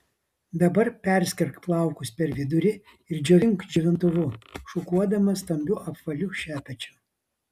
dabar perskirk plaukus per vidurį ir džiovink džiovintuvu šukuodama stambiu apvaliu šepečiu